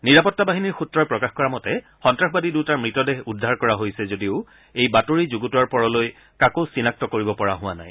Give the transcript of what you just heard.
নিৰাপত্তা বাহিনীৰ সূত্ৰই প্ৰকাশ কৰা মতে সন্তাসবাদী দুটাৰ মৃতদেহ উদ্ধাৰ কৰা হৈছে যদিও এই বাতৰি যুগুতোৱাৰ পৰলৈ কাকো চিনাক্ত কৰিব পৰা হোৱা নাই